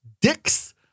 Dicks